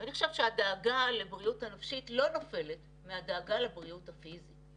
ואני חושבת שהדאגה לבריאות הנפשית לא נופלת מהדאגה לבריאות הפיזית,